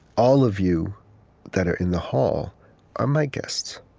all of you that are in the hall are my guests.